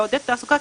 לעודד תעסוקה,